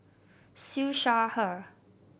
Siew Shaw Her